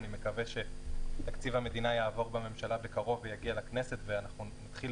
אני מקווה שתקציב המדינה יעבור בממשלה בקרוב ויגיע לכנסת ואנחנו נתחיל